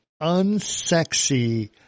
unsexy